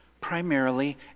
primarily